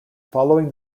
following